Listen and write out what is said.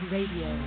Radio